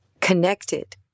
connected